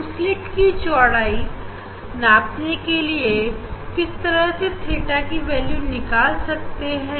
हम स्लीट की चौड़ाई नापने के लिए किस तरह से theta की वैल्यू निकाल सकते हैं